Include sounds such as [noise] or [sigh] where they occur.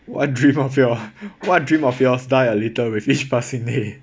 what dream of your [laughs] what dream of yours die a little with each passing day